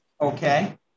Okay